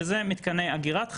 וזה מתקני אגירת חשמל,